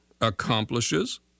accomplishes